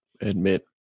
Admit